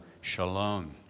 Shalom